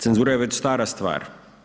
Cenzura je već stara stvar.